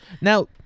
Now